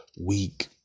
week